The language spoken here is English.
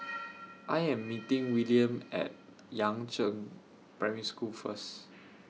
I Am meeting Willaim At Yangzheng Primary School First